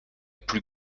plus